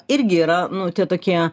irgi yra nu tie tokie